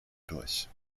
durch